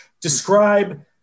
describe